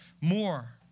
more